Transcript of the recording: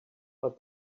but